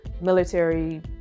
military